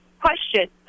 question